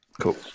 Cool